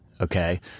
Okay